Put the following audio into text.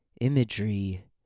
imagery